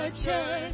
church